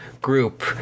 group